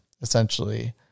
essentially